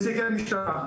נציגי המשטרה,